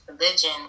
religion